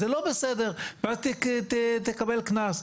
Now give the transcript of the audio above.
זה לא בסדר ואז תקבל קנס.